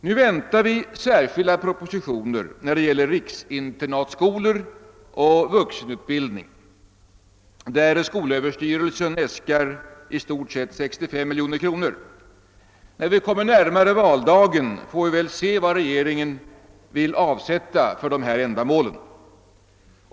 Nu väntar vi särskilda propositioner när det gäller riksinternatskolor och vuxenutbildning där skolöverstyrelsen i stort sett äskar 65 miljoner kronor. När vi kommer närmare valdagen får vi väl se vad regeringen vill avsätta för dessa ändamål.